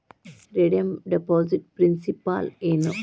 redeem deposit principal ಏನು